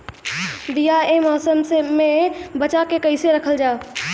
बीया ए मौसम में बचा के कइसे रखल जा?